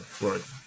right